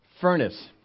furnace